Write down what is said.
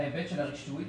ההיבט של הרישוי,